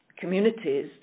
communities